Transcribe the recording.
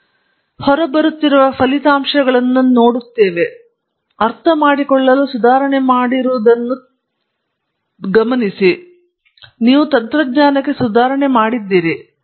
ಆದ್ದರಿಂದ ಹೊರಬರುತ್ತಿರುವ ಕೆಲವು ಫಲಿತಾಂಶಗಳನ್ನು ನೀವು ಹೊಂದಿದ್ದೀರಿ ನೀವು ಅರ್ಥಮಾಡಿಕೊಳ್ಳಲು ಸುಧಾರಣೆ ಮಾಡಿರುವುದನ್ನು ತಿರುಗಿಸಿ ನೀವು ತಂತ್ರಜ್ಞಾನಕ್ಕೆ ಸುಧಾರಣೆ ಮಾಡಿದ್ದೀರಿ